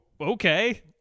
Okay